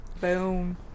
Boom